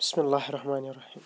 بِسمہ اللہ رحمٰن رحیٖم